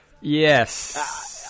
Yes